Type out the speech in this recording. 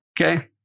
Okay